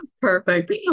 Perfect